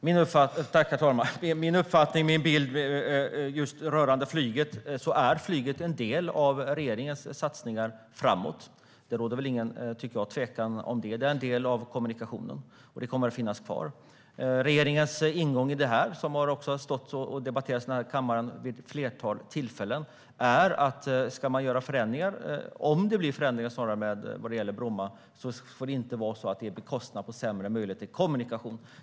Herr talman! Min uppfattning, min bild, rörande flyget är att flyget är en del av regeringens satsningar framåt. Det råder väl ingen tvekan om det. Det är en del av kommunikationen, och det kommer att finnas kvar. Regeringens ingång i det här, som har debatterats i kammaren vid ett flertal tillfällen, är att om det blir förändringar vad det gäller Bromma får det inte bli sämre möjligheter till kommunikation.